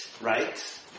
right